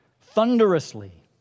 Thunderously